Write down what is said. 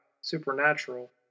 supernatural